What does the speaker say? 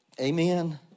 amen